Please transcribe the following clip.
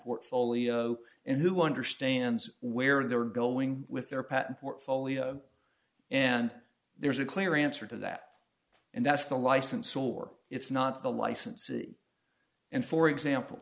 portfolio and who understands where they're going with their patent portfolio and there's a clear answer to that and that's the license or it's not the license and for example